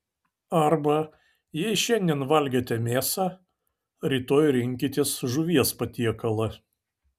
arba jei šiandien valgėte mėsą rytoj rinkitės žuvies patiekalą